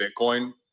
Bitcoin